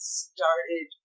started